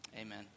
Amen